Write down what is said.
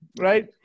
Right